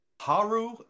haru